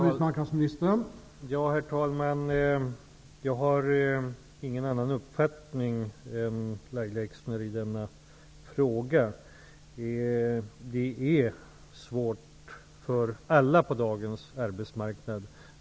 Herr talman! Jag har samma uppfattning som Lahja Exner i denna fråga. Det är svårt för alla på dagens arbetsmarknad.